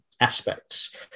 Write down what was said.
aspects